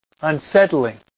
unsettling